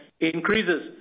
increases